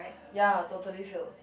ya totally filled